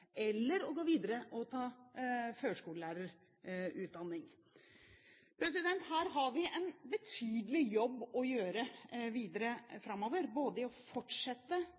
eller å gå videre og ta førskolelærerutdanning. Her har vi en betydelig jobb å gjøre videre framover, når det gjelder å både fortsette å